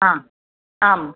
हा आम्